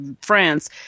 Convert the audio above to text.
France